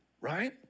right